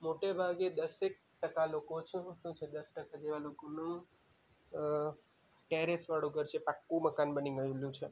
મોટે ભાગે દસેક ટકા લોકો શું શું છે દસ ટકા જેવા લોકોનું ટેરેસવાળું ઘર છે પાકું મકાન બની ગએલું છે